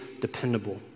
dependable